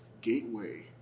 gateway